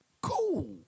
Cool